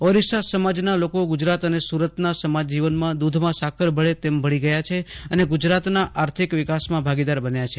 ઓરિસ્સા સમાજના લોકો ગુજરાત અને સુરતના સમાજજીવનમાં દૂધમાં સાકર ભળે તેમ ભળી ગયા છે અને ગુજરાતના આર્થિક વિકાસમાં ભાગીદાર બન્યા છે